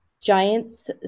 Giants